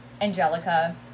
Angelica